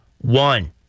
one